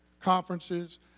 conferences